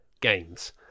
games